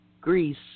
Greece